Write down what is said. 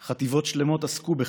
/ חטיבות שלמות עסקו בכך,